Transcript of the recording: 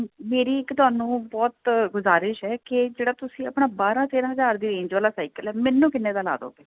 ਮੇਰੀ ਇੱਕ ਤੁਹਾਨੂੰ ਬਹੁਤ ਗੁਜ਼ਾਰਿਸ਼ ਹੈ ਕਿ ਜਿਹੜਾ ਤੁਸੀਂ ਆਪਣਾ ਬਾਰਾਂ ਤੇਰਾਂ ਹਜਾਰ ਦੀ ਰੇਂਜ ਵਾਲਾ ਸਾਈਕਲ ਹ ਮੈਨੂੰ ਕਿੰਨੇ ਦਾ ਲਾ ਦੋਗੇ